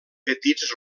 petits